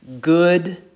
Good